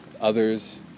others